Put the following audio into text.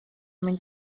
mwyn